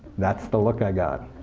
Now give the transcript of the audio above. that's the look i got.